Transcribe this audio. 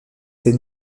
ces